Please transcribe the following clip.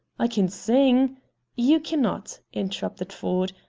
i can sing you cannot, interrupted ford.